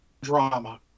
drama